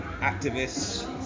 activists